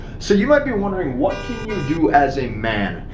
so you might be wondering what can you do as a man?